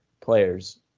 players